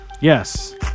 Yes